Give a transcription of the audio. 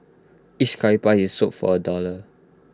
each Curry puff is sold for A dollar